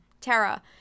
Tara